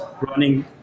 running